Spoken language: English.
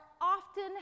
often